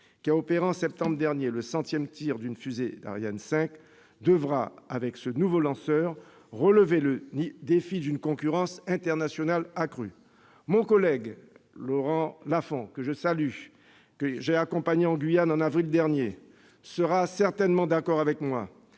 qui a opéré en septembre dernier le centième tir d'une fusée Ariane 5, devra, avec ce nouveau lanceur, relever le défi d'une concurrence internationale accrue. Mon collègue Laurent Lafon, que je salue, que j'ai accompagné en Guyane en avril dernier, sera certainement d'accord avec moi